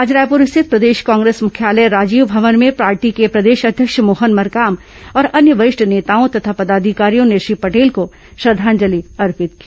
आज रायपुर स्थित प्रदेश कांग्रेस मुख्यालय राजीव भवन में पार्टी के प्रदेश अध्यक्ष मोहन मरकाम और अन्य वरिष्ठ नेताओं तथा पदाधिकारियों ने श्री पटेल को श्रद्धांजलि अर्पित की